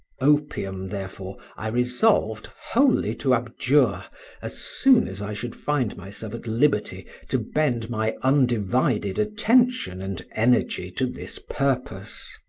opium therefore i resolved wholly to abjure as soon as i should find myself at liberty to bend my undivided attention and energy to this purpose.